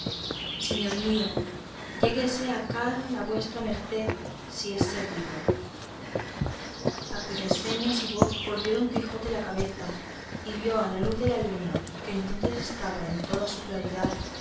señor mío lléguese acá la vuestra merced si es servido a cuyas señas y voz volvió don quijote la cabeza y vio a la luz de la luna que entonces estaba en toda su claridad